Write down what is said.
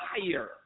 fire